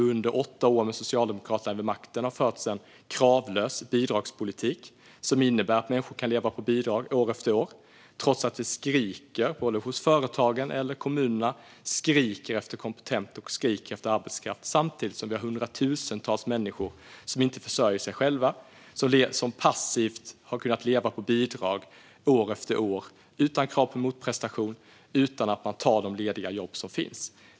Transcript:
Under åtta år med Socialdemokraterna vid makten har det förts en kravlös bidragspolitik som innebär att människor kan leva på bidrag år efter år trots att både företag och kommuner skriker efter kompetent arbetskraft. Samtidigt finns hundratusentals människor som inte försörjer sig själva och passivt har levt på bidrag år efter år. Det har inte funnits krav på motprestation eller att ta de lediga jobb som finns.